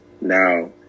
now